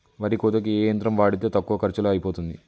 వరి కోతకి ఏ యంత్రం వాడితే తక్కువ ఖర్చులో అయిపోతుంది?